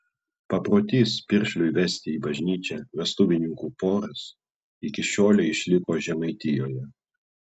paprotys piršliui vesti į bažnyčią vestuvininkų poras iki šiolei išliko žemaitijoje